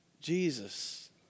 Jesus